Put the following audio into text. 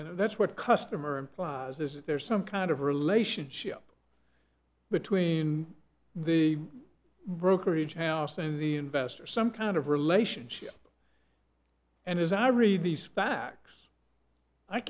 and that's what customer implies is that there's some kind of relationship between the brokerage house and the investor some kind of relationship and as i read these facts i